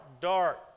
dark